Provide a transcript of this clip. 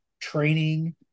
training